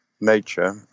nature